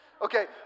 Okay